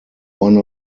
one